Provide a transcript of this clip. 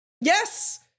Yes